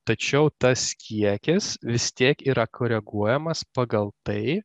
tačiau tas kiekis vis tiek yra koreguojamas pagal tai